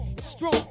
Strong